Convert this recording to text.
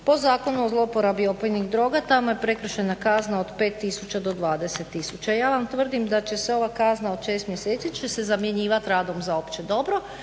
Po Zakonu o zlouporabi opojnih droga tamo je prekršajna kazna od 5000 do 20000. Ja vam tvrdim da će se ova kazna od 6 mjeseci će se zamjenjivat radom za opće dobro.